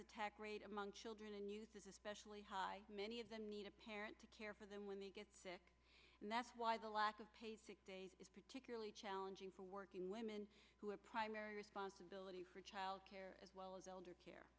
attack rate among children is especially high many of the need a parent to care for them when they get sick and that's why the lack of paid sick days is particularly challenging for working women who are primary responsibility for childcare as well as elder care